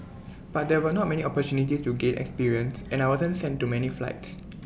but there were not many opportunities to gain experience and I wasn't sent to many flights